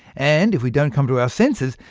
and if we don't come to our senses,